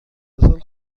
ارسال